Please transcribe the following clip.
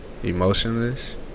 Emotionless